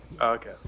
Okay